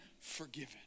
forgiven